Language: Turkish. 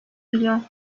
milyon